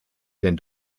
denn